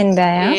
אין בעיה.